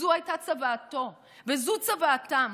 זו הייתה צוואתו, וזו צוואתם: